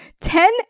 Ten